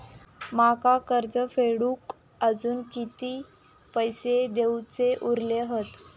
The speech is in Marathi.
माका कर्ज फेडूक आजुन किती पैशे देऊचे उरले हत?